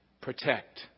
Protect